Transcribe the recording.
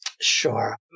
Sure